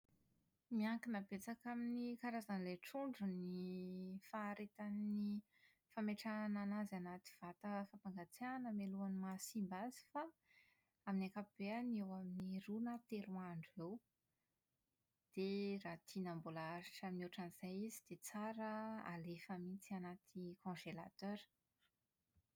Miankina betsaka amin'ny karazan'ilay trondro ny faharetan'ny fametrahana an'azy anaty vata fampangatsiahana mialohan'ny mahasimba azy fa amin'ny ankapobeny eo amin'ny roa na telo andro eo. Dia raha tiana mbola haharitra mihoatra an'izay izy an, dia tsara alefa mihitsy ao anaty congélateur.